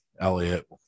Elliot